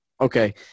okay